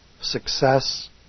success